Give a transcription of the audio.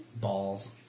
Balls